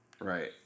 Right